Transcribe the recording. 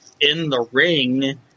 in-the-ring